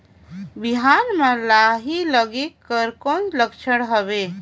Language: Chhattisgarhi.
बिहान म लाही लगेक कर कौन लक्षण हवे?